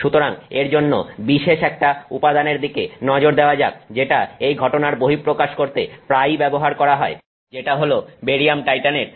সুতরাং এর জন্য বিশেষ একটা উপাদানের দিকে নজর দেওয়া যাক যেটা এই ঘটনার বহিঃপ্রকাশ করতে প্রায়ই ব্যবহার করা হয় যেটা হলো বেরিয়াম টাইটানেট